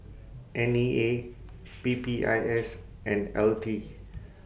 N E A P P I S and L T